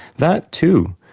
that too,